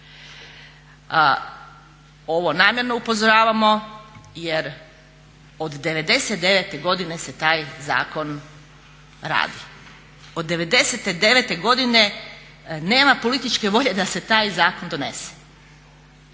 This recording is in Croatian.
Ovo namjerno upozoravamo jer od '99.godine se taj zakon radi, od '99.godine nema političke volje da se taj zakon donese.